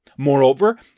Moreover